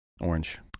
Orange